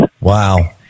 Wow